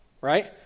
right